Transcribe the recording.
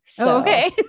Okay